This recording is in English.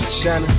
China